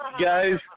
Guys